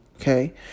Okay